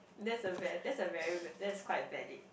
that's a very that's a very va~ that's quite valid